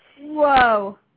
Whoa